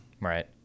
Right